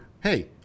hey